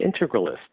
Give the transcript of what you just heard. integralist